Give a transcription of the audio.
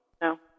No